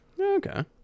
Okay